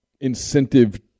incentive